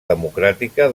democràtica